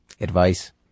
Advice